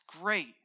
great